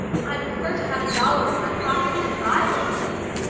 i'd prefer to have a dollar in my pocket, and buy what we need.